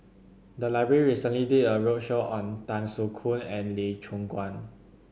the library recently did a roadshow on Tan Soo Khoon and Lee Choon Guan